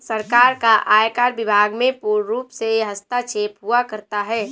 सरकार का आयकर विभाग में पूर्णरूप से हस्तक्षेप हुआ करता है